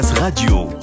Radio